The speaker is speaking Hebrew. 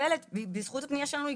בזכות הפניה שלנו,